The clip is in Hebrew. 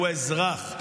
הוא האזרח.